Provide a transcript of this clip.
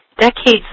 Decades